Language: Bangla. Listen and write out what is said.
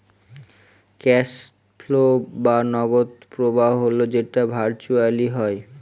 ক্যাস ফ্লো বা নগদ প্রবাহ হল যেটা ভার্চুয়ালি হয়